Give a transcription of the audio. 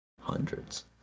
Hundreds